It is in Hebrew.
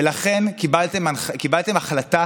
ולכן קיבלתם החלטה,